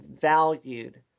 valued